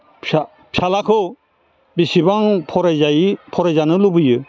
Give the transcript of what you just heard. फिसाज्लाखौ बिसिबां फरायजानो लुबैयो